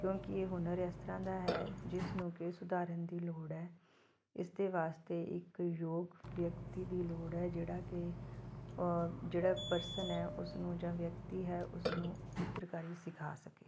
ਕਿਉਂਕਿ ਇਹ ਹੁਨਰ ਇਸ ਤਰਾਂ ਦਾ ਹੈ ਜਿਸ ਨੂੰ ਕਿ ਸੁਧਾਰਨ ਦੀ ਲੋੜ ਹੈ ਇਸਦੇ ਵਾਸਤੇ ਇੱਕ ਯੋਗ ਵਿਅਕਤੀ ਦੀ ਲੋੜ ਹੈ ਜਿਹੜਾ ਕਿ ਜਿਹੜਾ ਪਰਸਨ ਹੈ ਉਸਨੂੰ ਜਾਂ ਵਿਅਕਤੀ ਹੈ ਉਸਨੂੰ ਚਿੱਤਰਕਾਰੀ ਸਿਖਾ ਸਕੇ